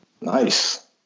Nice